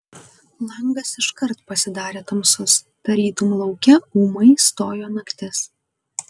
langas iškart pasidarė tamsus tarytum lauke ūmai stojo naktis